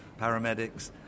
paramedics